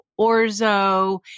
orzo